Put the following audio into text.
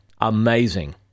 Amazing